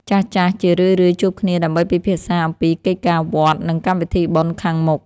ចាស់ៗជារឿយៗជួបគ្នាដើម្បីពិភាក្សាអំពីកិច្ចការវត្ត និងកម្មវិធីបុណ្យខាងមុខ។